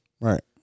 Right